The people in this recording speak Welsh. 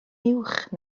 uwch